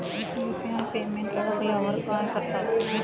UPI payment अडकल्यावर काय करतात?